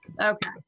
Okay